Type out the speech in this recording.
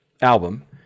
album